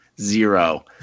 zero